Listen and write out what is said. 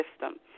System